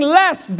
less